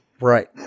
right